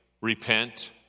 Repent